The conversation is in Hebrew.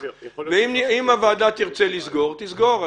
ואם הוועדה תרצה אחר כך לסגור את הפתח, שתסגור.